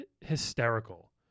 hysterical